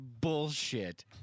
bullshit